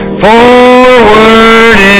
forward